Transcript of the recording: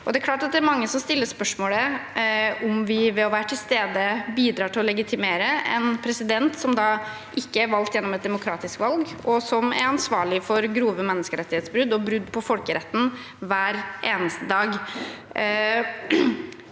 Det er klart at det er mange som stiller spørsmålet om vi ved å være til stede bidrar til å legitimere en president som da ikke er valgt gjennom et demokratisk valg, og som er ansvarlig for grove menneskerettighetsbrudd og brudd på folkeretten hver eneste dag.